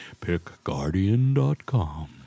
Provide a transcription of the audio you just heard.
Pickguardian.com